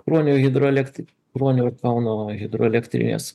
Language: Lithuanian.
kruonio hidroelektrinė kruonio kauno hidroelektrinės